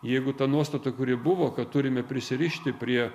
jeigu ta nuostata kuri buvo kad turime prisirišti prie